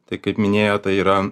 tai kaip minėjot tai yra